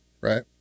Right